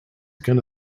gonna